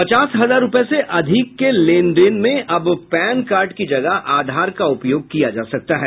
पचास हजार रूपये से अधिक के लेनदेन में अब पैन कार्ड की जगह आधार का उपयोग किया जा सकता है